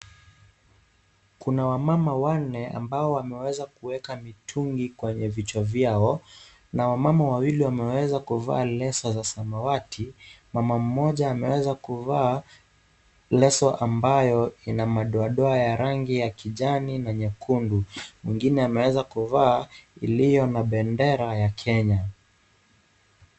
Kuna wamama wanne ambao wameweza kuweka mitungi kwenye vichwa vyao. Na wamama wawili wameweza kuvaa leso za samawati. Mama mmoja ameweza kuvaa leso ambayo ina madoadoa ya rangi ya kijani na nyekundu. Mwingine ameweza kuvaa iliyo na bendera ya Kenya.